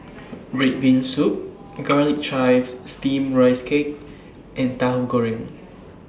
Red Bean Soup Garlic Chives Steamed Rice Cake and Tahu Goreng